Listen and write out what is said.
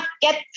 get